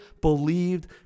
believed